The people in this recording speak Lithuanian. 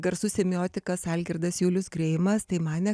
garsus semiotikas algirdas julius greimas tai manė